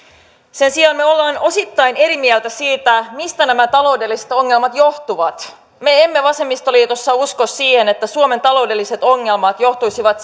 sen sijaan me olemme osittain eri mieltä siitä mistä nämä taloudelliset ongelmat johtuvat me emme vasemmistoliitossa usko siihen että suomen taloudelliset ongelmat johtuisivat